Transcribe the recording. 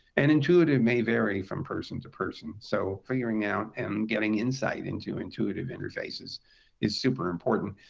and intuitive may vary from person to person. so figuring out and getting insight into intuitive interfaces is super important.